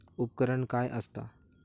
उपकरण काय असता?